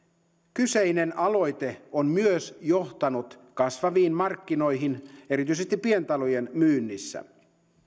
kyseinen aloite on myös johtanut kasvaviin markkinoihin erityisesti pientalojen myynnissä